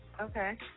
Okay